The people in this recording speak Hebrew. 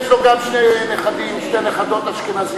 יש לו גם שתי נכדות אשכנזיות,